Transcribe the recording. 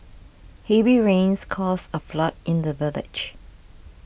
heavy rains caused a flood in the village